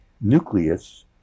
nucleus